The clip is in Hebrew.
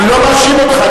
אני לא מאשים אותך,